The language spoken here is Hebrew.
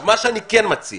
אני מציע